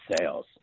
sales